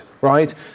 right